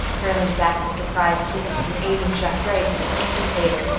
hurling back the surprised teutons and aiding joffre to turn the invader,